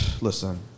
Listen